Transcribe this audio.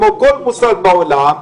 כמו כל מוסד בעולם,